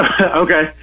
Okay